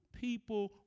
people